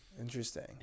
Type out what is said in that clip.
Interesting